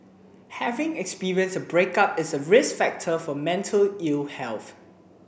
having experienced a breakup is a risk factor for mental ill health